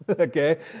Okay